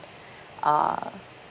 uh